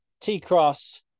T-Cross